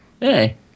Hey